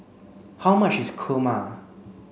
how much is Kurma